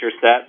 set